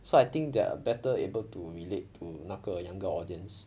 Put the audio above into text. so I think they are better able to relate to 那个 younger audience